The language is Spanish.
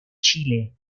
chile